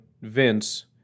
Vince